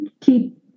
keep